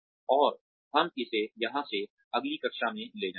और हम इसे यहां से अगली कक्षा में ले जाएंगे